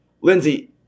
Lindsey